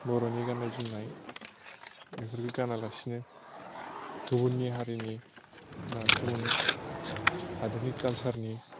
बर'नि गान्नाय जोमनाय बेफोरखौ गाना लासिनो गुबुननि हारिनि मा गुबुन हादरनि कालसार नि